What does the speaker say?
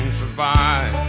survive